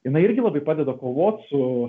jinai irgi labai padeda kovot su